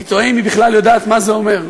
אני תוהה אם היא בכלל יודעת מה זה אומר.